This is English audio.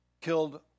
killed